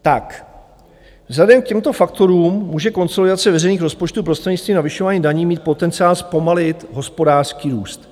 Tak, vzhledem k těmto faktorům může konsolidace veřejných rozpočtů prostřednictvím navyšování daní mít potenciál zpomalit hospodářský růst.